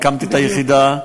הקמתי את היחידה.